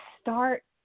start